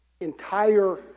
entire